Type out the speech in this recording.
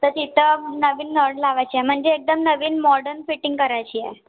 तर तिथं नवीन नळ लावायचे म्हणजे एकदम नवीन मॉडर्न फिटिंग करायची आहे